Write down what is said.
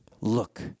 look